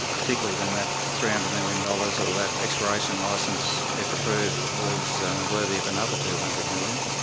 particularly when that three hundred million dollars or that exploration licence, if approved, was worthy of another two hundred million